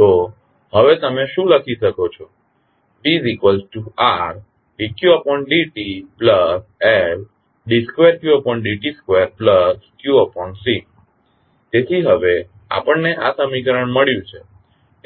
તો હવે તમે શું લખી શકો છો VRd qd tLd 2qd t 2qC તેથી હવે આપણને આ સમીકરણ મળ્યું છે